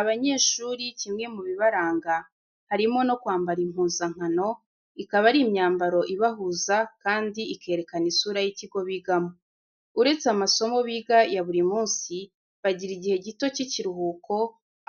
Abanyeshuri kimwe mu bibaranga, harimo no kwambara impuzankano, ikaba ari imyambaro ibahuza kandi ikerekana isura y'ikigo bigamo. Uretse amasomo biga ya buri munsi, bagira igihe gito cy'ikiruhuko,